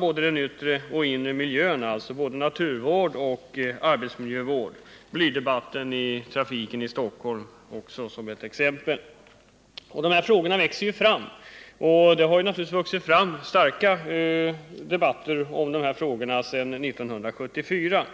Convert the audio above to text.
både inre och yttre miljö, både naturvård och arbetsmiljö. Debatten om blyförekomsten i Stockholmstrafiken kan nämnas som ett exempel. De här frågorna växer fram, och det har naturligtvis satts i gång omfattande debatter om dem sedan 1974.